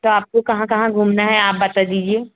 तो आपको कहाँ कहाँ घूमना है आप बता दीजिए